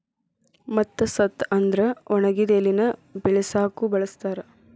ಮತ್ತ ಸತ್ತ ಅಂದ್ರ ಒಣಗಿದ ಎಲಿನ ಬಿಳಸಾಕು ಬಳಸ್ತಾರ